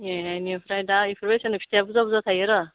एनिफ्राय दा इफोर बैसोनि फिथाइआ बुरजा बुरजा थाइयो र'